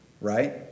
right